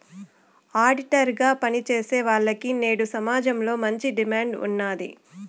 auditor గా పని చేసేవాల్లకి నేడు సమాజంలో మంచి డిమాండ్ ఉన్నాది